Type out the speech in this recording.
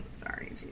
Sorry